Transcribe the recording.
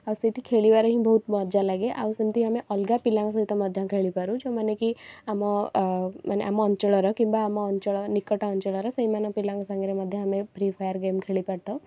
ଆଉ ସେଇଠି ଖେଳିବାରେ ହିଁ ବହୁତ ମଜା ଲାଗେ ଆଉ ସେମିତି ଆମେ ଅଲଗା ପିଲାଙ୍କ ସହିତ ମଧ୍ୟ ଖେଳିପାରୁ ଯେଉଁମାନେ କି ଆମ ମାନେ ଆମ ଅଞ୍ଚଳର କିମ୍ବା ଆମ ଅଞ୍ଚଳ ନିକଟ ଅଞ୍ଚଳର ସେଇମାନ ପିଲାଙ୍କ ସାଙ୍ଗରେ ମଧ୍ୟ ଆମେ ଫ୍ରି ଫାୟାର୍ ଗେମ୍ ଖେଳି ପାରିଥାଉ